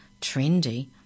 Trendy